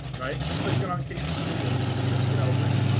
right, you click it on casey's videos, does it you know, this,